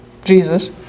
Jesus